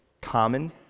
common